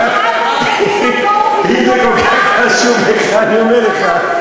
אם זה כל כך חשוב לך, אני אומר לך.